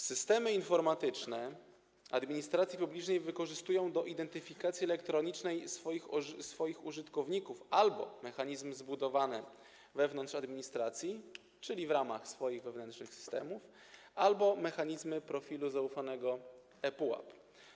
Systemy informatyczne administracji publicznej wykorzystują do identyfikacji elektronicznej swoich użytkowników albo mechanizmy zbudowane wewnątrz administracji, czyli w ramach swoich wewnętrznych systemów, albo mechanizmy profilu zaufanego e-PUAP.